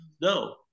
no